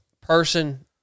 person